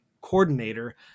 coordinator